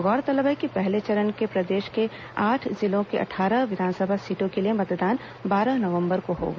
गौरतलब है कि पहले चरण में प्रदेश के आठ जिलों की अट्ठारह विधानसभा सीटों के लिए मतदान बारह नंवबर को होगा